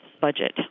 budget